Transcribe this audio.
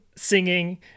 singing